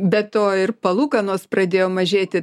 be to ir palūkanos pradėjo mažėti